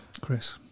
Chris